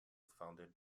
founded